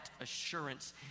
assurance